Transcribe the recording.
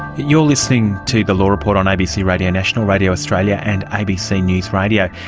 you're listening to the law report on abc radio national, radio australia and abc news radio.